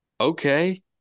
Okay